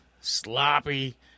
sloppy